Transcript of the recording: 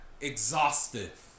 exhaustive